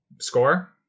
Score